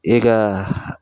ಈಗ